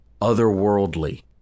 otherworldly